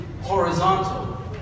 horizontal